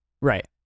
Right